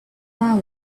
vow